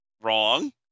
Wrong